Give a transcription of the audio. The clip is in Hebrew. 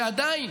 ועדיין